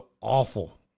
awful